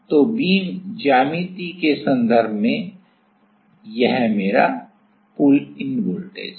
तो बीम ज्यामिति के संदर्भ में यह मेरा पुल इन वोल्टेज है